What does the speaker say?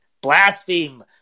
Blaspheme